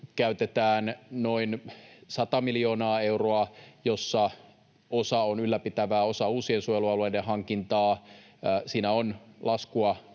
käytetään noin 100 miljoonaa euroa, josta osa on ylläpitävää, osa uusien suojelualueiden hankintaa. Siinä on laskua